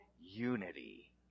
unity